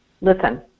listen